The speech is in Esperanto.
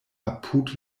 apud